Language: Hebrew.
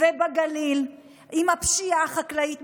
ובגליל עם הפשיעה החקלאית,